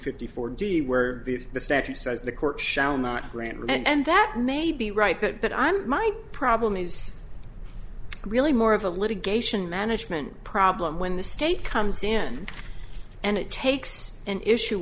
fifty four d where the statute says the court shall not grant and that may be right that but i'm my problem is really more of a litigation management problem when the state comes in and it takes an issue